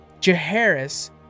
Jaharis